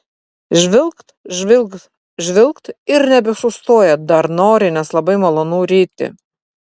žvilgt žvilgt žvilgt ir nebesustoja dar nori nes labai malonu ryti